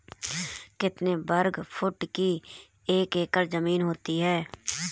कितने वर्ग फुट की एक एकड़ ज़मीन होती है?